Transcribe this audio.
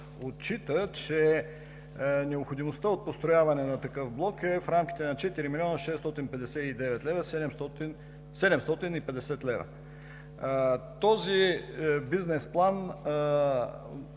отчита, че необходимостта построяване на такъв блок е в рамките 4 млн. 659 хил. 750 лв. Този бизнес план е